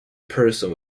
person